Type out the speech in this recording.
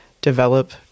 develop